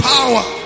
Power